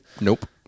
Nope